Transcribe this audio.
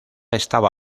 estaba